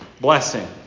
blessing